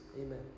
Amen